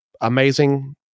amazing